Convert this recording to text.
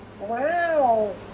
Wow